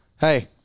hey